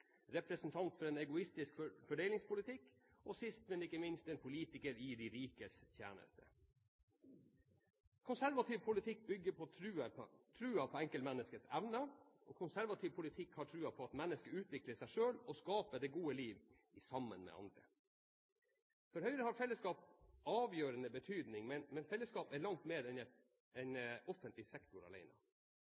representant for en egoistisk fordelingspolitikk og sist, men ikke minst en politiker i de rikes tjeneste. Konservativ politikk bygger på troen på enkeltmenneskets evner. Konservativ politikk har troen på at mennesket utvikler seg selv og skaper det gode liv sammen med andre. For Høyre har fellesskap avgjørende betydning, men fellesskap er langt mer enn offentlig sektor